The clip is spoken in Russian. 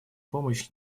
помощь